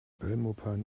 belmopan